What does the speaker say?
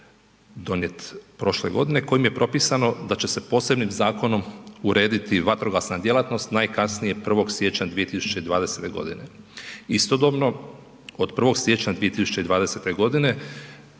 donijet prošle godine kojim je propisano da će se posebnim zakonom urediti vatrogasna djelatnost najkasnije 1. siječnja 2020. godine. Istodobno od 1. siječnja 2020. godine